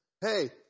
Hey